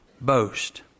boast